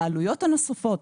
לעלויות הנוספות,